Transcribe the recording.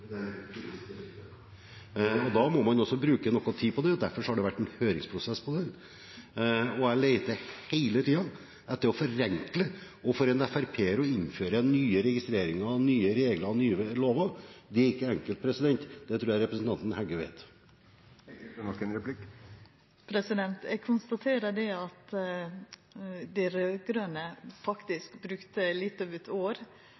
ute. Da må man også bruke noe tid på det, og derfor har det vært en høringsprosess om dette. Jeg leter hele tiden etter måter å forenkle på, og for en Fremskrittsparti-representant er det ikke enkelt å innføre nye registreringer, nye regler og nye lover. Det tror jeg representanten Heggø vet. Eg konstaterer at det at dei raud-grøne brukte litt over eitt år